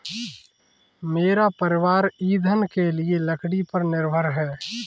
मेरा परिवार ईंधन के लिए लकड़ी पर निर्भर है